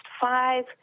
five